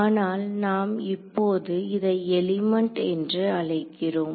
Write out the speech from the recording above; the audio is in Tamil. ஆனால் நாம் இப்போது இதை எலிமெண்ட் என்று அழைக்கிறோம்